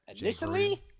initially